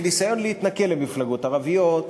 כניסיון להתנכל למפלגות ערביות,